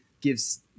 gives